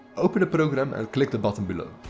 open the program and click the button below.